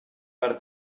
per